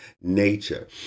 nature